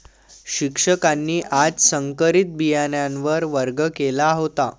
शिक्षकांनी आज संकरित बियाणांवर वर्ग घेतला होता